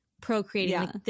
procreating